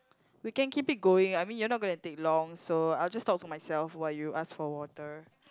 we can keep it going I mean you're not gonna take long so I'll just talk to myself while you ask for water